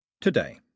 TODAY